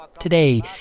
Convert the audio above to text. Today